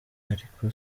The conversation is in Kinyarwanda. ariko